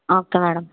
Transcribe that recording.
okay madam